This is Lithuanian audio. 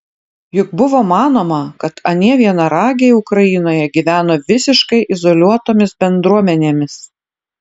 juk buvo manoma kad anie vienaragiai ukrainoje gyveno visiškai izoliuotomis bendruomenėmis